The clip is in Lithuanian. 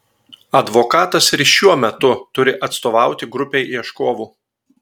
advokatas ir šiuo metu turi atstovauti grupei ieškovų